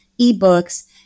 eBooks